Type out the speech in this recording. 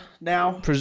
now